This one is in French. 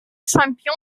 champion